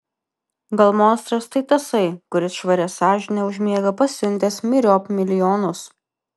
gal monstras tai tasai kuris švaria sąžine užmiega pasiuntęs myriop milijonus